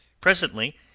Presently